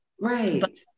Right